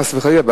חס וחלילה,